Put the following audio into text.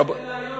לובביץ'.